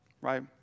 Right